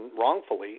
wrongfully